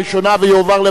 לוועדת העבודה,